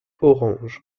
orange